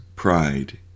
Pride